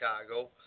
Chicago